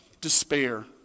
despair